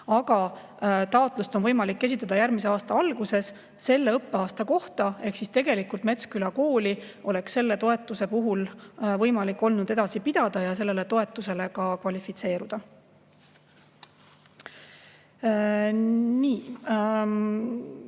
aga taotlust on võimalik esitada järgmise aasta alguses selle õppeaasta kohta ehk siis tegelikult Metsküla kooli oleks selle toetuse puhul võimalik olnud edasi pidada ja sellele toetusele ka kvalifitseeruda. Nii.